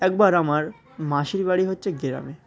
একবার আমার মাসির বাড়ি হচ্ছে গ্রামে